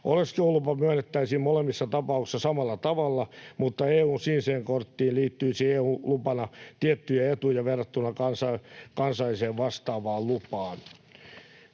Oleskelulupa myönnettäisiin molemmissa tapauksissa samalla tavalla, mutta EU:n siniseen korttiin liittyisi EU-lupana tiettyjä etuja verrattuna kansalliseen vastaavaan lupaan.